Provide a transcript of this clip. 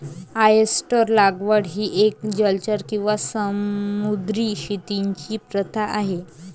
oyster लागवड ही एक जलचर किंवा समुद्री शेतीची प्रथा आहे